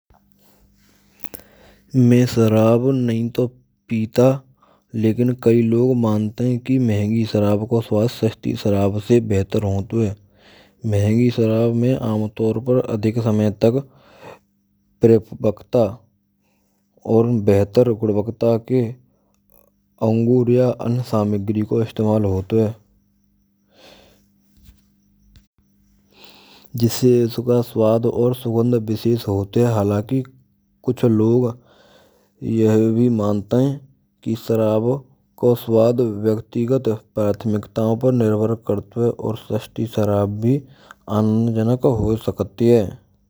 Mai sharab nahin to pita. Lekin kai log mantai hain ki mahangee sharab ko svaad sasti sharab te behatar hoto hay. Mahange sharab mein aamataur par adhik samay takta parikakvta behatar gunavatta ke anguriya saamagree ko istamaal hoto hain. Jise subah svaad aur sugandh vishesh hote hain. Halaki kuchh log yah bhee maanate hain. Ki sharaab ko svaad vyaktigat prathimkta par nirbhar karato hai. Aur srshti sharaab bhee angjanak bhi ho sakate hai.